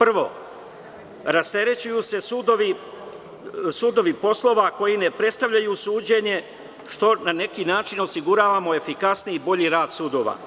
Prvo, rasterećuju se sudovi poslova koji ne predstavljaju suđenje, što na neki način osigurava efikasniji i bolji rad sudova.